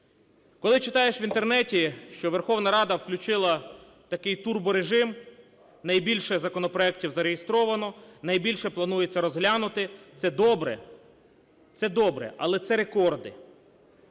Коли читаєш в Інтернеті, що Верховна Рада включила такий "туброрежим" – найбільше законопроектів зареєстровано, найбільше планується розглянути, це – добре! Це добре, але це рекорди,